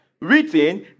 written